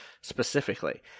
specifically